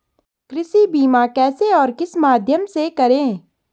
कृषि बीमा कैसे और किस माध्यम से करें?